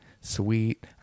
sweet